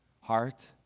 heart